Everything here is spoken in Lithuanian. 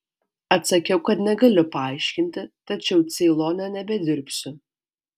atsakiau kad negaliu paaiškinti tačiau ceilone nebedirbsiu